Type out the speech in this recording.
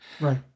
Right